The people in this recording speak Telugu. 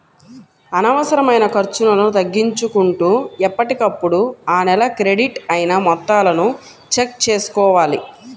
అనవసరమైన ఖర్చులను తగ్గించుకుంటూ ఎప్పటికప్పుడు ఆ నెల క్రెడిట్ అయిన మొత్తాలను చెక్ చేసుకోవాలి